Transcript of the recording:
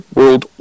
World